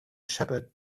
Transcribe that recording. shepherd